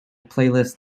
playlist